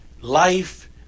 life